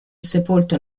sepolto